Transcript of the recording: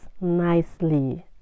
nicely